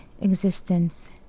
existence